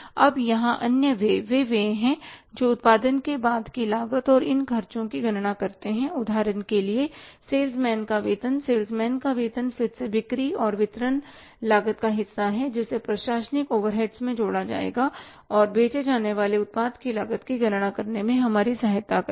अब यहां अन्य व्यय वे व्यय हैं जो उत्पादन के बाद की लागत और इन खर्चों की गणना करते हैं उदाहरण के लिए सेल्स मैन का वेतन सेल्स मैन का वेतन फिर से बिक्री और वितरण लागत का हिस्सा है जिसे प्रशासनिक ओवरहेड्स में जोड़ा जाएगा और बेचे जाने वाले उत्पाद की लागत की गणना करने में हमारी सहायता करेगा